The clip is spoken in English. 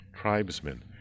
tribesmen